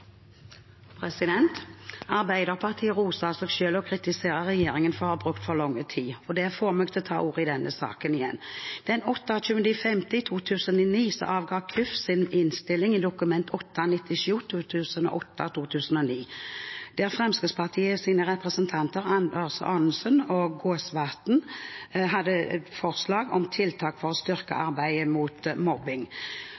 ha brukt for lang tid. Det får meg til å ta ordet i denne saken igjen. Den 28. mai 2009 avga kirke-, utdannings- og forskningskomiteen sin innstilling til Dokument 8:97 for 2008–2009, der Fremskrittspartiets representanter Anders Anundsen og Jon Jæger Gåsvatn hadde forslag om tiltak for å styrke